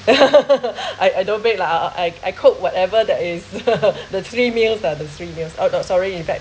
I I don't bake lah I I cook whatever that is the three meals ah the three meals oh no sorry in fact